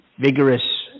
vigorous